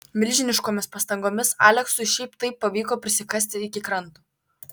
milžiniškomis pastangomis aleksui šiaip taip pavyko prisikasti iki kranto